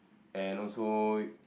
and also